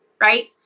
right